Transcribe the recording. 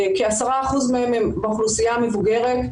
כ-10% מהם הם באוכלוסייה המבוגרת.